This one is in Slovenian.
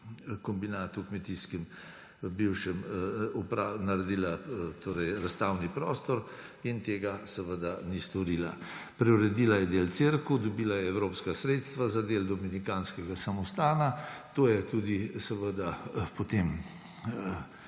kombinatu – v kmetijskem, bivšem – naredila razstavni prostor in tega seveda ni storila. Preuredila je del cerkve, dobila je evropska sredstva za del dominikanskega samostana. To se je tudi seveda potem